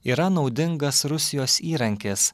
yra naudingas rusijos įrankis